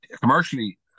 commercially